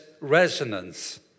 resonance